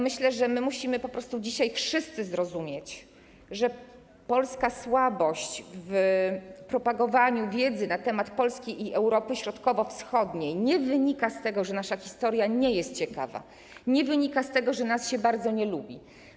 Myślę, że musimy po prostu dzisiaj wszyscy zrozumieć, że polska słabość w propagowaniu wiedzy na temat Polski i Europy Środkowo-Wschodniej nie wynika z tego, że nasza historia nie jest ciekawa, nie wynika z tego, że nas się bardzo nie lubi.